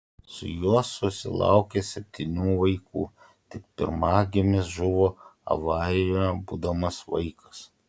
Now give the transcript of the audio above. su juo susilaukė septynių vaikų tik pirmagimis žuvo avarijoje būdamas vaikas